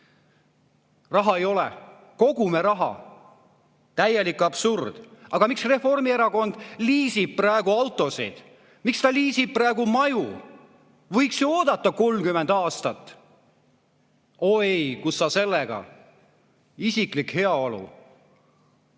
"Raha ei ole, kogume raha." Täielik absurd! Aga miks Reformierakond liisib praegu autosid, miks ta liisib praegu maju? Võiks ju oodata 30 aastat? Oi ei, kus sa sellega! Isiklik